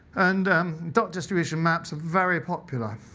and um dot distribution maps are very popular,